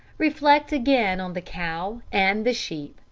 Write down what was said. reflect again, on the cow and the sheep,